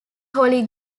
holy